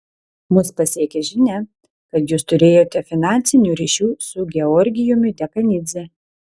mus pasiekė žinia kad jūs turėjote finansinių ryšių su georgijumi dekanidze